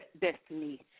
destiny